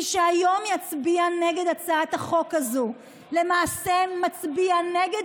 מי שהיום יצביע נגד הצעת החוק הזאת למעשה מצביע נגד